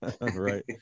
Right